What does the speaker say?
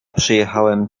przyjechałem